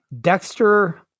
Dexter